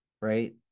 right